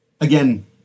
Again